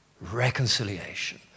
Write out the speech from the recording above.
Reconciliation